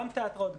גם תיאטראות,